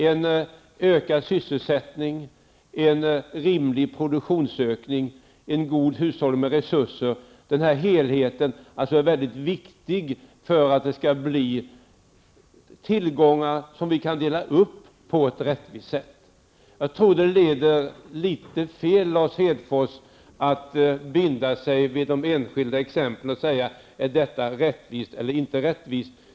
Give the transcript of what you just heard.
En ökad sysselsättning, en rimlig produktionsökning, en god hushållning med resurser -- den helheten är mycket viktig för att det skall kunna skapas tillgångar som kan fördelas på ett rättvist sätt. Jag tror att det leder litet fel, Lars Hedfors, att binda sig vid de enskilda exemplen och fråga om detta är rättvist eller inte rättvist.